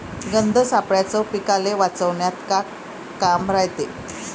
गंध सापळ्याचं पीकाले वाचवन्यात का काम रायते?